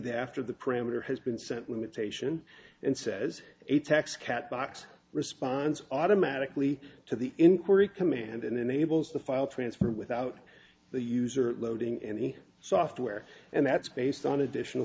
the after the parameter has been sent limitation and says a text cat box responds automatically to the inquiry command and enables the file transfer without the user loading and any software and that's based on additional